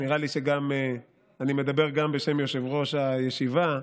ונראה לי שאני מדבר גם בשם יושב-ראש הישיבה,